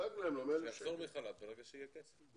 שיחזור מחל"ת ברגע שיהיה כסף.